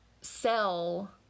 sell